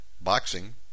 Boxing